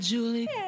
Julie